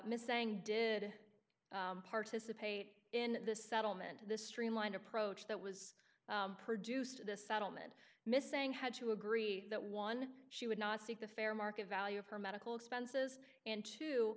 missing did participate in the settlement this streamlined approach that was produced this settlement missing had to agree that one she would not seek the fair market value of her medical expenses and t